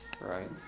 right